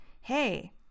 hey